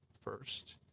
first